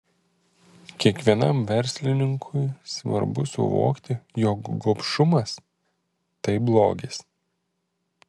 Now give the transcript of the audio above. kiekvienam verslininkui svarbu suvokti jog gobšumas tai blogis